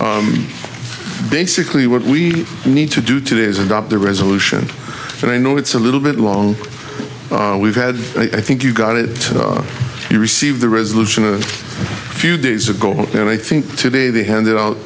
one basically what we need to do today is adopt the resolution and i know it's a little bit long we've had i think you got it we received the resolution a few days ago and i think today they handed out